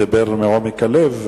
הוא דיבר מקרב הלב,